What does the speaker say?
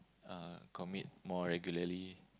uh commit more regularly